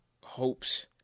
hopes